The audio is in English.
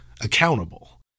accountable